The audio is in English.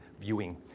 viewing